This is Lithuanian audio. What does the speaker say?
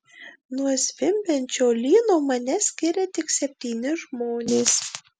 nuo zvimbiančio lyno mane skiria tik septyni žmonės